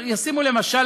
למשל,